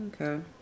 Okay